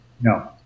No